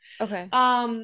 Okay